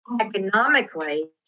economically